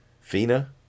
FINA